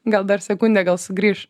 gal dar sekundė gal sugrįš